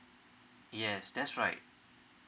yes that's right